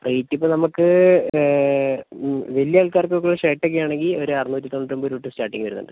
റേറ്റിപ്പോൾ നമുക്ക് വലിയ ആൾക്കാർക്കൊക്കെ ഷർട്ടൊക്കെ ആണെങ്കിൽ ഒരു അറുന്നൂറ്റി തോണ്ണൂറ്റൊൻപത് രൂപ തൊട്ട് സ്റ്റാർട്ടിങ് വരുന്നുണ്ട്